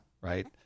right